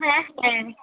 হ্যাঁ হ্যাঁ